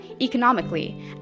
economically